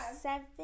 seven